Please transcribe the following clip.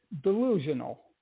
delusional